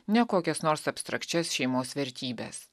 ne kokias nors abstrakčias šeimos vertybes